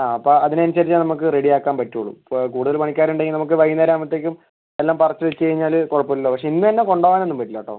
ആ അപ്പം അതിനനുസരിച്ചേ നമുക്ക് റെഡി ആക്കാൻ പറ്റുള്ളൂ അപ്പോൾ കൂടുതൽ പണിക്കാരുണ്ടെങ്കിൽ നമുക്ക് വൈകുന്നേരം ആകുമ്പോഴത്തേക്കും എല്ലാം പറിച്ച് വെച്ച് കഴിഞ്ഞാൽ കുഴപ്പമില്ലല്ലോ പക്ഷേ ഇന്ന് തന്നെ കൊണ്ടുപോവാനൊന്നും പറ്റില്ല കേട്ടോ